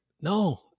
no